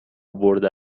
برده